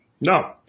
No